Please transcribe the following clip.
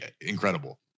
incredible